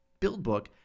BuildBook